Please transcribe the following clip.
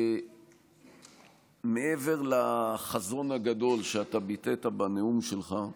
שמעבר לחזון הגדול שביטאת בנאום שלך,